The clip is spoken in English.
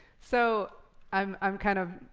so i'm i'm kind of,